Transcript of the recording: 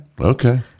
Okay